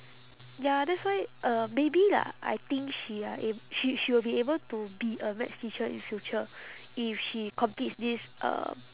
ya that's why uh maybe lah I think she are ab~ she she will be able to be a maths teacher in future if she completes this um